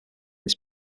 this